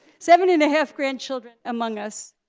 seven and a half grandchildren among us